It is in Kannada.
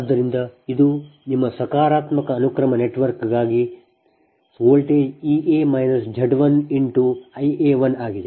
ಆದ್ದರಿಂದ ಇದು ನಿಮ್ಮ ಸಕಾರಾತ್ಮಕ ಅನುಕ್ರಮ ನೆಟ್ವರ್ಕ್ಗಾಗಿ voltage E a Z 1I a1 ಆಗಿದೆ